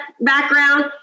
background